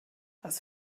was